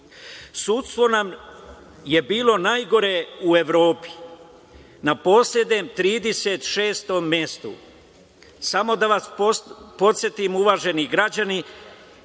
Sudstvo nam je bilo najgore u Evropi na poslednjem 36 mestu. Samo da vas podsetim uvaženi građani